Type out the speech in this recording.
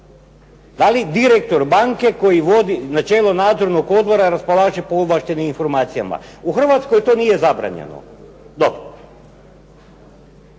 Da li direktor banke na čelu nadzornog odbora raspolaže po ovlaštenim informacijama? U Hrvatskoj to nije zabranjeno.